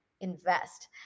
invest